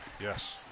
Yes